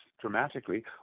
dramatically